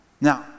Now